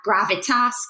gravitas